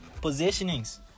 positionings